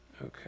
Okay